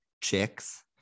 Chicks